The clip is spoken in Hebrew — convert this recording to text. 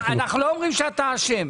אנחנו לא אומרים שאתה אשם.